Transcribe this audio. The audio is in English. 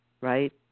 right